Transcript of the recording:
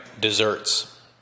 desserts